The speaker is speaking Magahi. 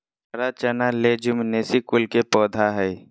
हरा चना लेज्युमिनेसी कुल के पौधा हई